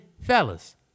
fellas